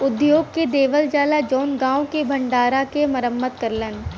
उद्योग के देवल जाला जउन गांव के भण्डारा के मरम्मत करलन